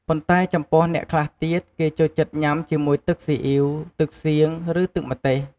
ប៉ុន្តែចំពោះអ្នកខ្លះទៀត គេចូលចិត្តញ៉ាំជាមួយទឹកស៊ីអ៉ីវ ទឹកសៀង ឬទឹកម្ទេស។